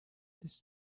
this